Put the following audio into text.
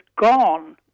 gone